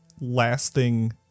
lasting